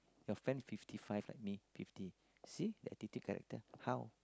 your friend fifty five and me fifty see that difficult how